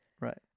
Right